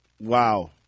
Wow